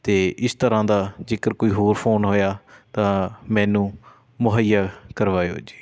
ਅਤੇ ਇਸ ਤਰ੍ਹਾਂ ਦਾ ਜੇਕਰ ਕੋਈ ਹੋਰ ਫ਼ੋਨ ਆਇਆ ਤਾਂ ਮੈਨੂੰ ਮੁਹੱਈਆ ਕਰਵਾਇਓ ਜੀ